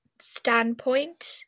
standpoint